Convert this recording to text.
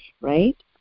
right